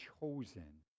chosen